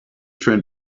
train